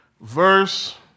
Verse